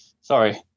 sorry